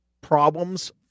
problems